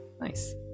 Nice